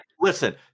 Listen